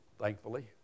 Thankfully